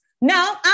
No